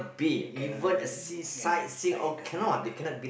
uh cannot lah yeah sigh correct correct